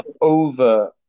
over